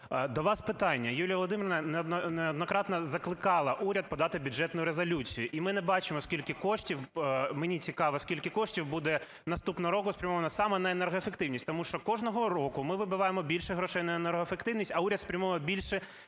До вас питання. Юлія Володимирівна не однократно закликала уряд подати Бюджетну резолюцію. І ми не бачимо, скільки коштів. Мені цікаво, скільки коштів буде наступного року спрямовано саме на енергоефективність? Тому що кожного року ми вибиваємо більше грошей на енергоефективність, а уряд спрямовує більше